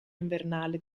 invernale